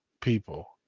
people